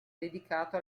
dedicato